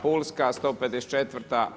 Pulska, 154.